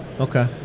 Okay